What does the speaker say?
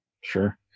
Sure